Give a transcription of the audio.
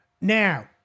Now